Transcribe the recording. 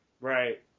right